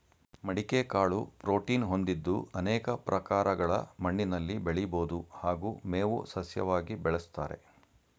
ಮಡಿಕೆ ಕಾಳು ಪ್ರೋಟೀನ್ ಹೊಂದಿದ್ದು ಅನೇಕ ಪ್ರಕಾರಗಳ ಮಣ್ಣಿನಲ್ಲಿ ಬೆಳಿಬೋದು ಹಾಗೂ ಮೇವು ಸಸ್ಯವಾಗಿ ಬೆಳೆಸ್ತಾರೆ